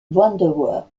wanderers